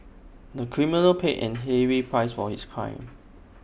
the criminal paid A heavy price for his crime